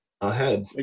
ahead